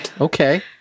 okay